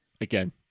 Again